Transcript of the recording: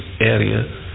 area